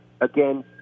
again